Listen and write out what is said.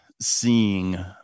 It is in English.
seeing